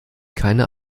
keine